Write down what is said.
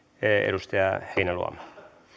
edustaja heinäluoma